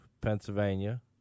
Pennsylvania